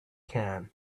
can